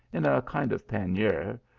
in a kind of pan nier,